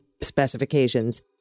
specifications